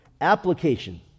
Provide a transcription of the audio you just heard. Application